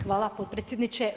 Hvala potpredsjedniče.